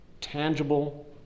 tangible